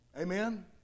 Amen